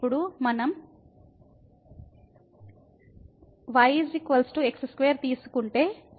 ఇప్పుడు మనం y x2 తీసుకుంటే